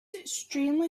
extremely